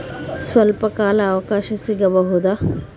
ಸ್ವಲ್ಪ ಕಾಲ ಅವಕಾಶ ಸಿಗಬಹುದಾ?